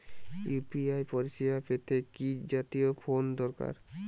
UPI পরিসেবা পেতে কি জাতীয় ফোন দরকার?